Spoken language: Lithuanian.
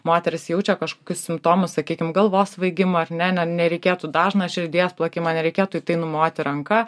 moteris jaučia kažkokius simptomus sakykim galvos svaigimą ar ne ne nereikėtų dažną širdies plakimą nereikėtų į tai numoti ranka